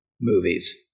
movies